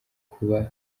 kuba